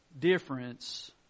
difference